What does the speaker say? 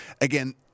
again